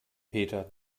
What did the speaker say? peter